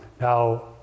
Now